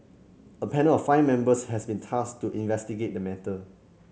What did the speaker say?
a panel of five members has been tasked to investigate the matter